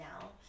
now